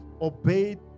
obeyed